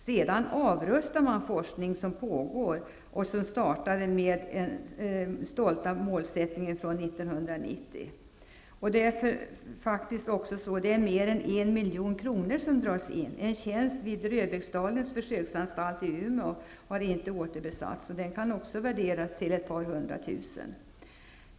Sedan avrustar man forskning som pågår och som startade med den stolta målsättningen från 1990. Och det är faktiskt mer än 1 milj.kr. som dras in. En tjänst vid Röbäcksdalens försöksanstalt i Umeå har inte återbesatts. Den kan också värderas till ett par hundra tusen kronor.